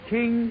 King